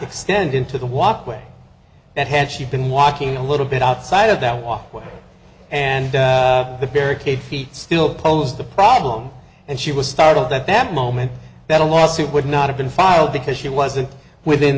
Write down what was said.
extend into the walkway and had she been walking a little bit outside of that walkway and that barricade feet still posed a problem and she was startled at that moment that a lawsuit would not have been filed because she wasn't within